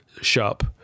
shop